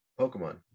Pokemon